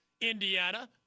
Indiana